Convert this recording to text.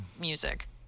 music